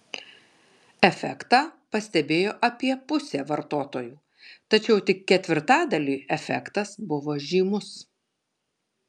efektą pastebėjo apie pusė vartotojų tačiau tik ketvirtadaliui efektas buvo žymus